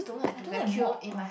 I don't like to mop